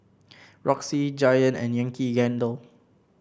Roxy Giant and Yankee Candle